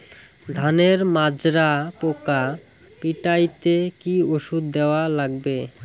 ধানের মাজরা পোকা পিটাইতে কি ওষুধ দেওয়া লাগবে?